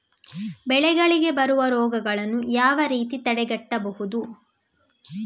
ಬೆಳೆಗಳಿಗೆ ಬರುವ ರೋಗಗಳನ್ನು ಯಾವ ರೀತಿಯಲ್ಲಿ ತಡೆಗಟ್ಟಬಹುದು?